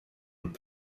und